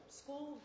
school